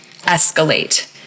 escalate